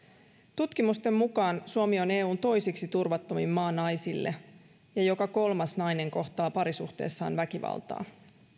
tutkimusten mukaan suomi on eun toiseksi turvattomin maa naisille ja joka kolmas nainen kohtaa parisuhteessaan väkivaltaa